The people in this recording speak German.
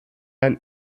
ein